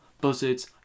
buzzards